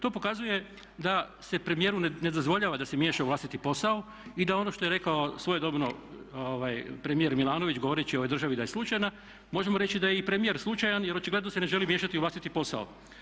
To pokazuje da se premijeru ne dozvoljava da se miješa u vlastiti posao i da ono što je rekao svojedobno premijer Milanović govoreći o ovoj državi da je slučajna možemo reći da je i premijer slučajan jer očigledno se ne želi miješati u vlastiti posao.